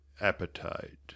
appetite